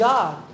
God